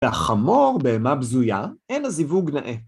‫והחמור בהמה בזויה אין הזיווג נאה.